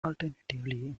alternatively